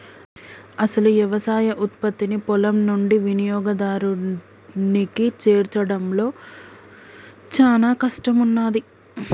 అసలు యవసాయ ఉత్పత్తిని పొలం నుండి వినియోగదారునికి చేర్చడంలో చానా కష్టం ఉన్నాది